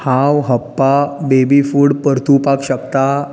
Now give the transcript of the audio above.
हांव हप्पा baby food परतुवपाक शकता